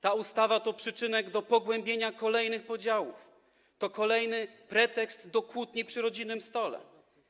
Ta ustawa to przyczynek do pogłębienia kolejnych podziałów, to kolejny pretekst do kłótni przy rodzinnym stole.